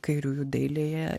kairiųjų dailėje